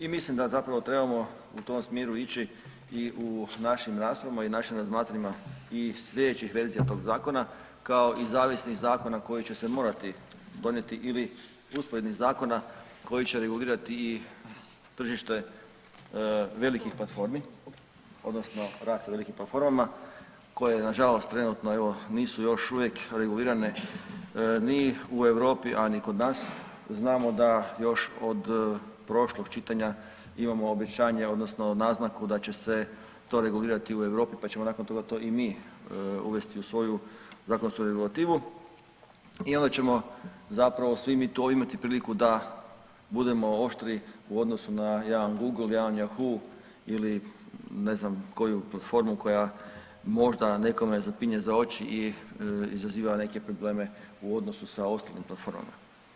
I mislim da trebamo u tom smjeru ići i u našim raspravama i našim razmatranjima i sljedećih verzija tog zakona kao i zavisnih zakona koji će se morati donijeti ili usporednih zakona koji će regulirati i tržište velikih platformi odnosno rad sa velikim platformama koje nažalost trenutno evo nisu još uvijek regulirane ni u Europi, a ni kod nas znamo da još od prošlog čitanja imamo obećanje odnosno naznaku da će se to regulirati u Europi pa ćemo nakon to to i mi uvesti u svoju zakonsku regulativu i onda ćemo svi mi to imati priliku da budemo oštri u odnosu na jedan Google, jedan Yahoo ili ne znam koju platformu koja možda nekome zapinje za oči i izaziva neke probleme u odnosu sa ostalim platformama.